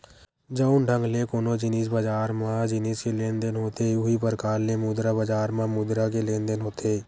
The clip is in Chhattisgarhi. जउन ढंग ले कोनो जिनिस बजार म जिनिस के लेन देन होथे उहीं परकार ले मुद्रा बजार म मुद्रा के लेन देन होथे